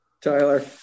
Tyler